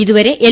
ഇതുവരെ എൽ